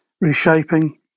reshaping